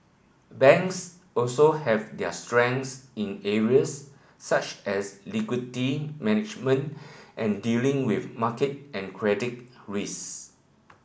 banks also have their strengths in areas such as liquidity management and dealing with market and credit risk